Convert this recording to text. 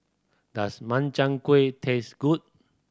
does Makchang Gui taste good